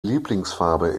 lieblingsfarbe